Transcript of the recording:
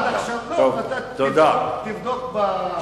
לא, תבדוק.